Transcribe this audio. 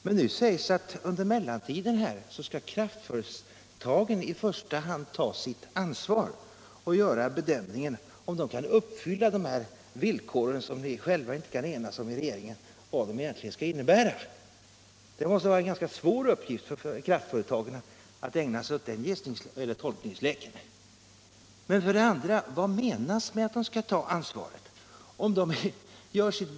Men nu sägs det att under mellantiden skall kraftföretagen i första hand själva ta sitt ansvar och göra bedömningen om de kan uppfylla de villkor som ni själva i regeringen inte kan enas om vad de skall innebära. Det mäste vara svårt för kraftföretagen att ägna sig åt den tolkningsleken. Men vad menas med att de skall ta ansvaret?